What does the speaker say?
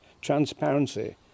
transparency